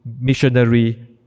missionary